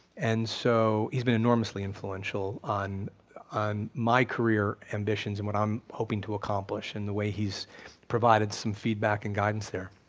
and so he's been enormously influential on on my career ambitions and what i'm hoping to accomplish in the way he's provided some feedback and guidance there.